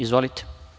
Izvolite.